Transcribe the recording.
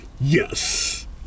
Yes